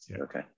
Okay